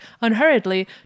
unhurriedly